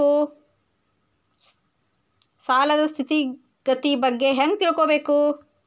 ಸಾಲದ್ ಸ್ಥಿತಿಗತಿ ಬಗ್ಗೆ ಹೆಂಗ್ ತಿಳ್ಕೊಬೇಕು?